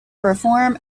reform